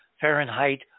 fahrenheit